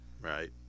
right